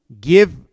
give